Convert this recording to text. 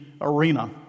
arena